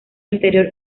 interior